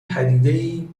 پدیدهای